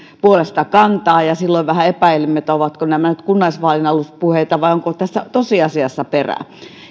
puolesta kantaa silloin vähän epäilimme ovatko nämä nyt kunnallisvaalien aluspuheita vai onko tässä tosiasiassa perää